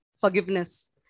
forgiveness